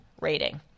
rating